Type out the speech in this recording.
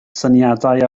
syniadau